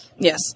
yes